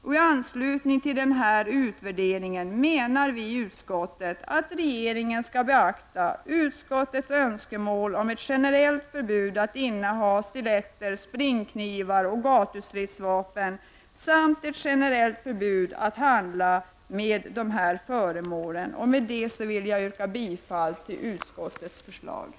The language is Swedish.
Majoriteten menar att regeringen i anslutning till denna utvärdering skall beakta utskottets önskemål om ett generellt förbud mot att inneha stiletter, springknivar och gatustridsvapen samt ett generellt förbud mot att handla med dessa föremål. Med det anförda vill jag yrka bifall till utskottets hemställan.